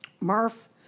Murph